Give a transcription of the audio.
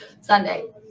Sunday